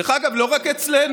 דרך אגב, לא רק אצלנו.